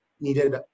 needed